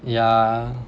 yeah